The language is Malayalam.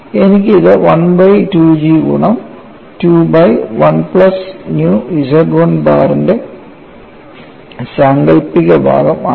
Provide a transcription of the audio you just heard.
എനിക്ക് ഇത് 1 ബൈ 2 G ഗുണം 2 ബൈ 1 പ്ലസ് ന്യൂ Z1 ബാറിന്റെ സാങ്കൽപ്പിക ഭാഗം ആണ്